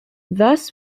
thus